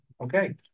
Okay